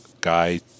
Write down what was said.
guy